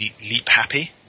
leap-happy